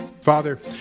Father